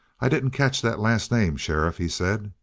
i didn't catch that last name, sheriff, he said.